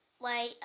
wait